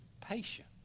patient